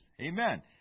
Amen